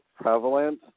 prevalent